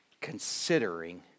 considering